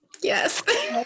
Yes